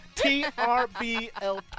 T-R-B-L